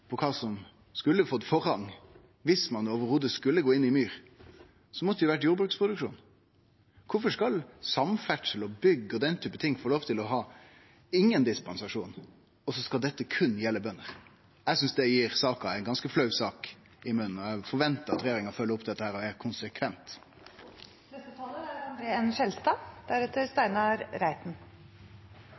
kva som skulle fått forrang – viss ein i det heile skulle gå inn i myr – måtte det jo ha vore jordbruksproduksjon. Kvifor skal samferdsel, bygg og den typen industri få sleppe å søkje om dispensasjon, mens dette berre skal gjelde bønder? Eg synest det gjer at ein får ein ganske flau smak i munnen av saka, og eg forventar at regjeringa følgjer opp dette og er konsekvent.